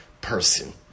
person